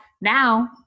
now